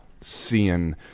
seeing –